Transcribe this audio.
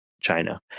China